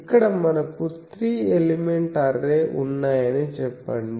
ఇక్కడ మనకు త్రి ఎలిమెంట్ అర్రే ఉన్నాయని చెప్పండి